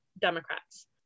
Democrats